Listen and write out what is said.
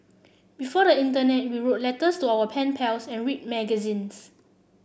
before the internet we wrote letters to our pen pals and read magazines